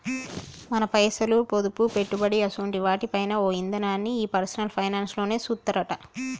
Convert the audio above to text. మన పైసలు, పొదుపు, పెట్టుబడి అసోంటి వాటి పైన ఓ ఇదనాన్ని ఈ పర్సనల్ ఫైనాన్స్ లోనే సూత్తరట